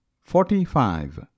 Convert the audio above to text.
Forty-five